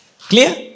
Clear